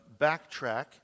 backtrack